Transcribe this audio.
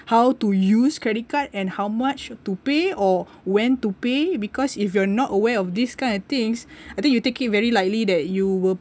how to use credit card and how much to pay or when to pay because if you're not aware of this kind of things I think you take it very likely that you will